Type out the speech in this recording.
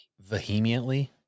Vehemently